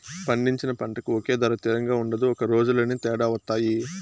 పండించిన పంటకు ఒకే ధర తిరంగా ఉండదు ఒక రోజులోనే తేడా వత్తాయి